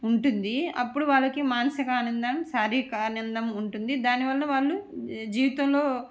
ఉంటుంది అప్పుడు వాళ్ళకి మానసిక ఆనందం శారీరిక ఆనందం ఉంటుంది దానివల్ల వాళ్ళు జీవితంలో